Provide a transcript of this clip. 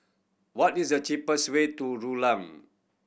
what is the cheapest way to Rulang